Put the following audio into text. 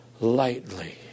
lightly